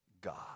God